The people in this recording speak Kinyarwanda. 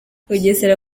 bugesera